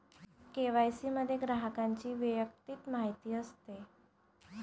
KYC मध्ये ग्राहकाची वैयक्तिक माहिती असते